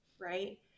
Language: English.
right